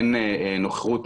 אין נוכחות,